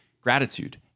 gratitude